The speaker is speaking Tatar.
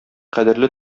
кадерле